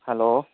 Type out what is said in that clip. hello